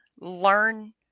learn